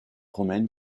romaine